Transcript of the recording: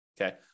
okay